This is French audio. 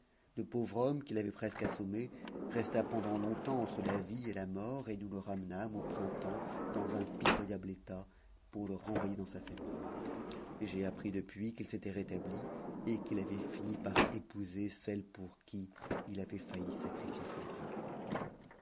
le pauvre homme qu'il avait presque assommé resta pendant longtemps entre la vie et la mort et nous le ramenâmes au printemps dans un pitoyable état pour le renvoyer dans sa famille j'ai appris depuis qu'il s'était rétabli et qu'il avait fini par épouser celle pour qui il avait failli sacrifier sa vie